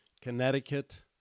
Connecticut